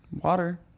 water